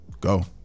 Go